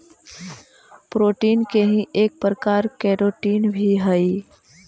protein के ही एक प्रकार केराटिन भी हई